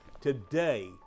Today